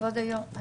כבוד היו"ר,